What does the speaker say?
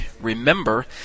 Remember